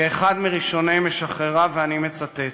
כאחד מראשוני משחרריו, ואני מצטט: